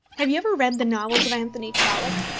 have you ever read the novels of anthony trollope?